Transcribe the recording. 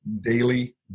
daily